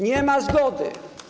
Nie ma zgody.